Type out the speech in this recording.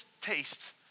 taste